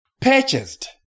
purchased